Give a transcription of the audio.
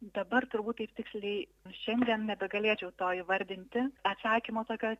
dabar turbūt tiksliai šiandien nebegalėčiau to įvardinti atsakymo tokio